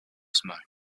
smoke